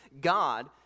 god